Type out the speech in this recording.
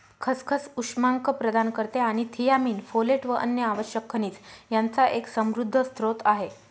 खसखस उष्मांक प्रदान करते आणि थियामीन, फोलेट व अन्य आवश्यक खनिज यांचा एक समृद्ध स्त्रोत आहे